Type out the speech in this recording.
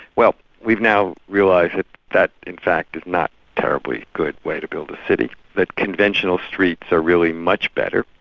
well we've now realised that that in fact is not a terribly good way to build a city, that conventional streets are really much better.